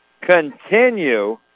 continue